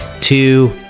two